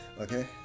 Okay